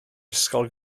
ysgol